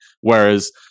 Whereas